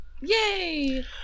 Yay